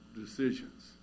decisions